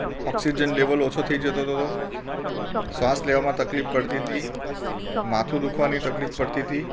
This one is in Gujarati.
ઓક્સિજન લેવલ ઓછો થઈ જતો હતો શ્વાસ લેવામાં તકલીફ પડતી હતી માથું દુખવાની તકલીફ પડતી હતી